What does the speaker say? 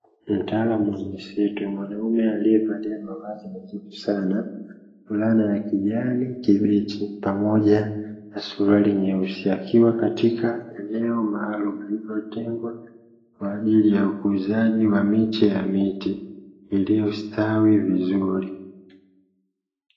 Mtaalamu wa misitu mwanaume aliyevalia mavazi mazuri sana fulana ya kijani kibichi pamoja na suruali nyeusi, akiwa katika eneo maalumu lilizotengwa kwa ajili ya ukuzaji wa miche ya miti iliyostawi vizuri.